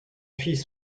fils